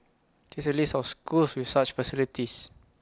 here's A list of schools with such facilities